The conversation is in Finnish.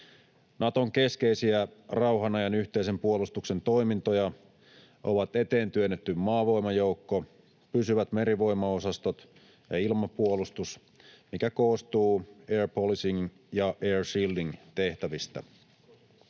Naton keskeisiä rauhan ajan yhteisen puolustuksen toimintoja ovat eteentyönnetty maavoimajoukko, pysyvät merivoimaosastot ja ilmapuolustus, mikä koostuu air policing ja air shielding - tehtävistä.